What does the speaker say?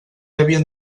havien